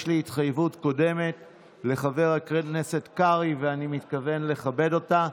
יש לי התחייבות קודמת לחבר הכנסת קרעי ואני מתכוון לכבד אותה.